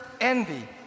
envy